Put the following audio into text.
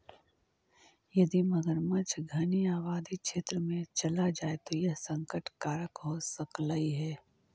यदि मगरमच्छ घनी आबादी क्षेत्र में चला जाए तो यह संकट कारक हो सकलई हे